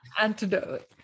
antidote